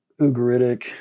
Ugaritic